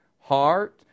Heart